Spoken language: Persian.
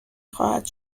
خواهد